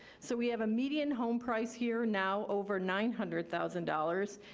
so we have a median home price here now over nine hundred thousand dollars,